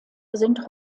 sind